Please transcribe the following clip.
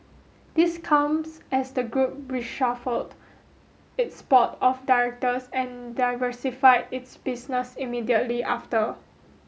this comes as the group reshuffled its board of directors and diversified its business immediately after